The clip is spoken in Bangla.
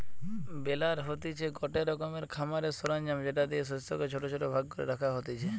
বেলার হতিছে গটে রকমের খামারের সরঞ্জাম যেটা দিয়ে শস্যকে ছোট ছোট ভাগ করে রাখা হতিছে